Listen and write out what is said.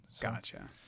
gotcha